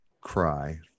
cry